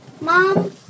Mom